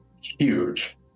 huge